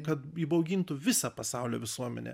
kad įbaugintų visą pasaulio visuomenę